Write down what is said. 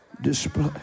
display